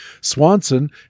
Swanson